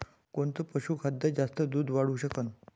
कोनचं पशुखाद्य जास्त दुध वाढवू शकन?